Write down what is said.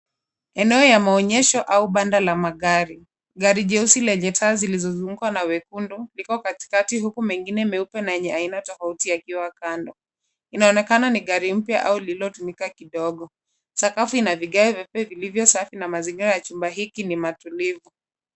Eneo ya maonyesho au banda la magari. Gari jeusi lenye taa zilizozungukwa na wekundu liko katikati huku mengine meupe na yenye aina tofauto yakiwa kando. Inaonekana ni gari mpya au lililotumika kidogo. Sakafu ina vigae vyeupe vilivyo safi na mazingira ya jumba hiki ni matulivu.